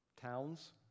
towns